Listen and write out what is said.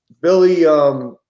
Billy